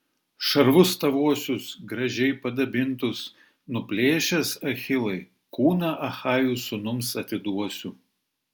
šarvus tavuosius gražiai padabintus nuplėšęs achilai kūną achajų sūnums atiduosiu